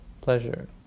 pleasure